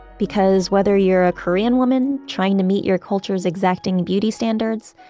because whether you're a korean woman trying to meet your culture's exacting beauty standards,